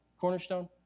cornerstone